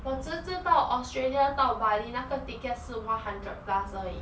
我只知道 australia 到 bali 那个 ticket 是 one hundred plus 而已